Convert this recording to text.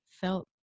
felt